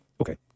Okay